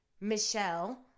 Michelle